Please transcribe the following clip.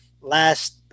last